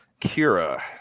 Kira